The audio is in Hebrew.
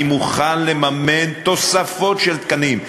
אני מוכן לממן תוספת של תקנים,